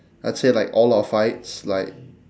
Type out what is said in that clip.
I'd say like all our fights like